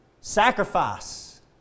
sacrifice